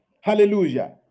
Hallelujah